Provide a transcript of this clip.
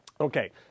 Okay